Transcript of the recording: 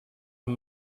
amb